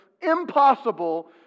impossible